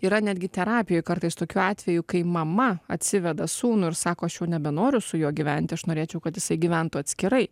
yra netgi terapijoj kartais tokiu atveju kai mama atsiveda sūnų ir sako aš jau nebenoriu su juo gyventi aš norėčiau kad jisai gyventų atskirai